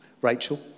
Rachel